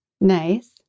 nice